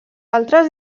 altres